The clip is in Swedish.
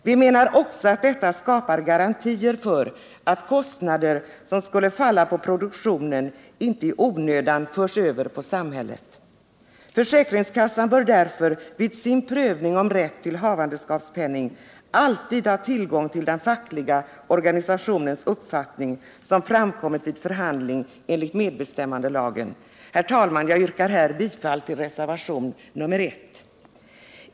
Vi menar också att detta skapar garantier för att kostnader som skulle falla på produktionen inte i onödan förs över på samhället. Försäkringskassan bör därför vid sin prövning om rätt till havandeskapspenning alltid ha tillgång till den fackliga organisationens uppfattning, som framkommit vid förhandlingar enligt medbestämmandelagen. Herr talman! Jag yrkar bifall till reservationen 1.